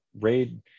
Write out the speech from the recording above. raid